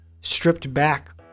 stripped-back